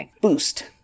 boost